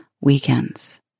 weekends